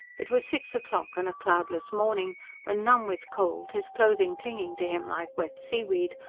it was six o'clock and a cloudless morning when, numb with cold, his clothing clinging to him like wet seaweed,